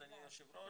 אדוני היושב ראש,